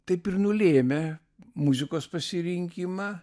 taip ir nulėmė muzikos pasirinkimą